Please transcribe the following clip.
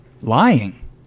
lying